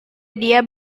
dia